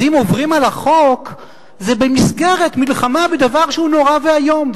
אז אם עוברים על החוק זה במסגרת מלחמה בדבר שהוא נורא ואיום,